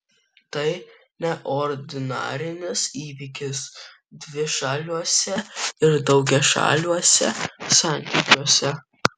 tai neordinarinis įvykis dvišaliuose ir daugiašaliuose santykiuose